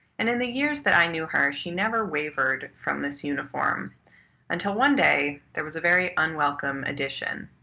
and in the years that i knew her, she never wavered from this uniform until one day, there was a very unwelcome addition,